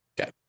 okay